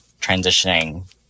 transitioning